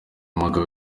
mugabo